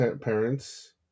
parents